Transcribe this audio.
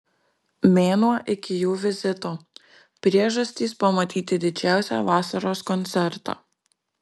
mėnuo iki jų vizito priežastys pamatyti didžiausią vasaros koncertą